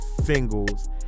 singles